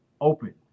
open